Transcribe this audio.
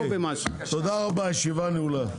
רבה, הישיבה נעולה.